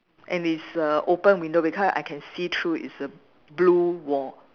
and it's a open window because I can see through it's a blue wall